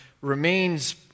remains